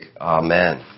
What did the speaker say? amen